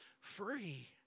free